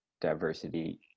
diversity